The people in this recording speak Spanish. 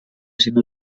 siendo